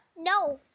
No